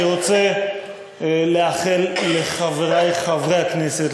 אני רוצה לאחל לחברי חברי הכנסת,